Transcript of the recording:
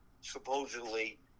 supposedly